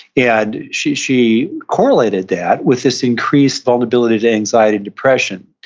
and she she correlated that with this increased vulnerability to anxiety and depression,